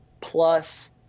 plus